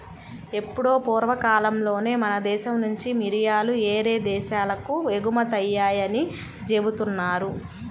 ఎప్పుడో పూర్వకాలంలోనే మన దేశం నుంచి మిరియాలు యేరే దేశాలకు ఎగుమతయ్యాయని జెబుతున్నారు